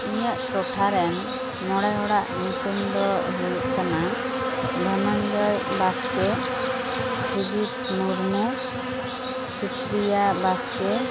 ᱤᱧᱟᱜ ᱴᱚᱴᱷᱟ ᱨᱮᱱ ᱢᱚᱬᱮ ᱦᱚᱲᱟᱜ ᱧᱩᱛᱩᱢ ᱫᱚ ᱦᱩᱭᱩᱜ ᱠᱟᱱᱟ ᱫᱷᱚᱱᱚᱧᱡᱚᱭ ᱵᱟᱥᱠᱮ ᱥᱩᱡᱤᱛ ᱢᱩᱨᱢᱩ ᱥᱩᱯᱨᱤᱭᱟ ᱵᱟᱥᱠᱮ